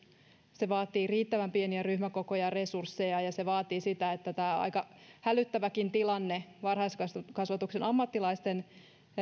se vaatii myös riittävän pieniä ryhmäkokoja ja se vaatii resursseja ja se vaatii sitä että tämä aika hälyttäväkin tilanne varhaiskasvatuksen ammattilaisten